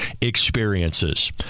experiences